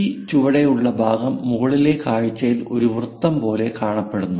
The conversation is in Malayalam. ഈ ചുവടെയുള്ള ഭാഗം മുകളിലെ കാഴ്ചയിൽ ഒരു വൃത്തം പോലെ കാണപ്പെടുന്നു